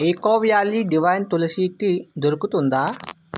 eco valley divine Tulsi tea దొరుకుతుందా